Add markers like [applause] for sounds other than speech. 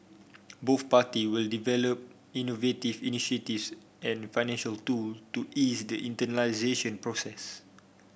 both parties will also develop innovative initiatives and financial tool to ease the [unintelligible] process